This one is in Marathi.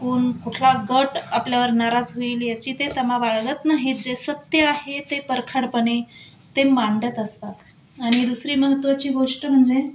कोण कुठला गट आपल्यावर नाराज होईल याची ते तमा वाळगत नाहीत जे सत्य आहे ते परखाडपणे ते मांडत असतात आणि दुसरी महत्त्वाची गोष्ट म्हणजे